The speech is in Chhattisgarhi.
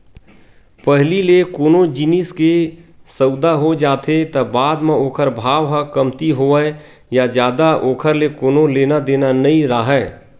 पहिली ले कोनो जिनिस के सउदा हो जाथे त बाद म ओखर भाव ह कमती होवय या जादा ओखर ले कोनो लेना देना नइ राहय